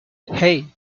hey